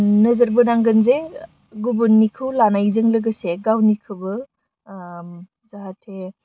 नोजोर बोनांगोन जे गुबुननिखौ लानायजों लोगोसे गावनिखौबो जाहाथे